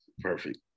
Perfect